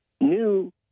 new